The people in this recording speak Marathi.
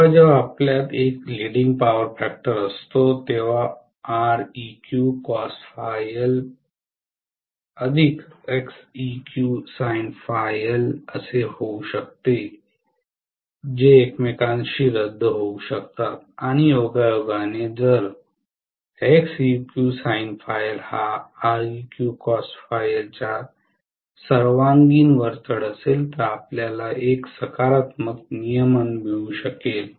जेव्हा जेव्हा आपल्यात एक लिडिंग पॉवर फॅक्टर असतो तेव्हा असे होऊ शकते जे एकमेकांशी रद्द होऊ शकतात आणि योगायोगाने जर हा च्या सर्वांगीण वरचढ असेल तर आपल्याला एक सकारात्मक नियमन मिळू शकेल